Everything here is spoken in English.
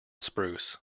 spruce